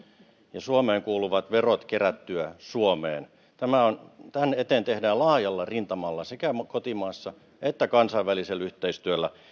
ja suomeen kuuluvat verot kerättyä suomeen tämän eteen tehdään laajalla rintamalla sekä kotimaassa että kansainvälisellä yhteistyöllä